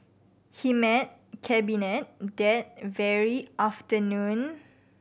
he met Cabinet that very afternoon